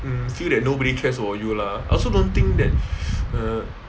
um feel that nobody cares for you lah I also don't think that uh